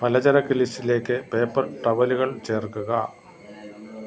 പലചരക്ക് ലിസ്റ്റിലേക്ക് പേപ്പർ ടവലുകൾ ചേർക്കുക